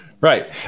Right